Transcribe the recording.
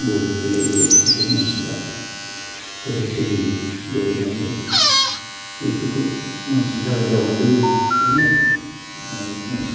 बेलेग बेलेग काउन्ट्रिनि मानसिफोरा बोरै सोलियो बोरै मायो बेफोरखौ मोनथिनो थाखाय दावबायनो लुबैयो बेनो आरो बुंनांगौ खिनिया